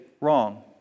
wrong